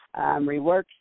rework